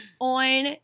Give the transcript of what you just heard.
on